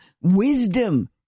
Wisdom